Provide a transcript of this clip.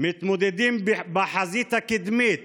מתמודדים בחזית הקדמית